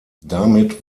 damit